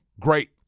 great